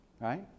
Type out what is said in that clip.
Right